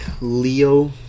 Leo